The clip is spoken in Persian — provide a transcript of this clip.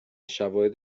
شواهد